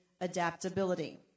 adaptability